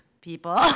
people